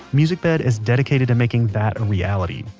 musicbed is dedicated to making that a reality.